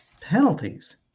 penalties